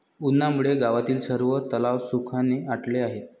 उन्हामुळे गावातील सर्व तलाव सुखाने आटले आहेत